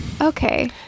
okay